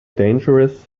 dangerous